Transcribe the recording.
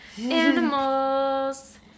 Animals